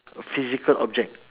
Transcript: a physical object